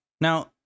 now